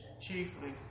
chiefly